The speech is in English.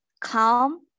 calm